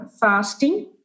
fasting